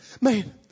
Man